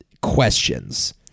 questions